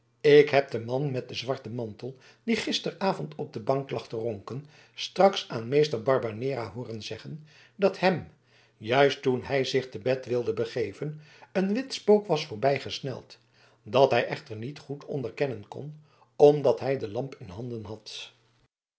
ik heb den man met den zwarten mantel die gisteravond op de bank lag te ronken straks aan meester barbanera hooren zeggen dat hem juist toen hij zich te bed wilde begeven een wit spook was voorbijgesneld dat hij echter niet goed onderkennen kon omdat hij de lamp in handen had